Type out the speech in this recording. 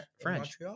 French